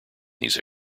these